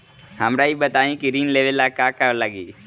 हमरा ई बताई की ऋण लेवे ला का का लागी?